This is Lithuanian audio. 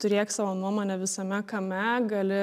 turėk savo nuomonę visame kame gali